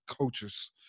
coaches